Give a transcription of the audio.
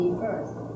first